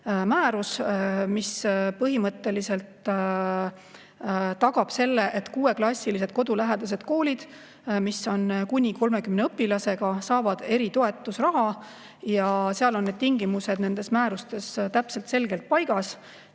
määrus, mis põhimõtteliselt tagab selle, et kuueklassilised kodulähedased koolid, mis on kuni 30 õpilasega, saavad eritoetusraha. Seal on need tingimused nendes määrustes täpselt ja selgelt paigas.